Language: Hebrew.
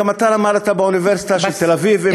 גם אתה למדת באוניברסיטת תל-אביב.